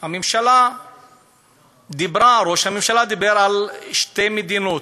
הממשלה דיברה, ראש הממשלה דיבר על שתי מדינות,